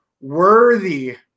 worthy